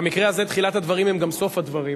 במקרה הזה תחילת הדברים הם גם סוף הדברים,